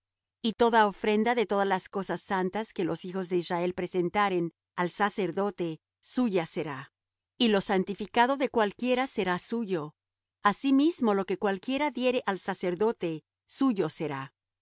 y toda ofrenda de todas las cosas santas que los hijos de israel presentaren al sacerdote suya será y lo santificado de cualquiera será suyo asimismo lo que cualquiera diere al sacerdote suyo será